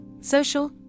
social